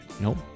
nope